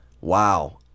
Wow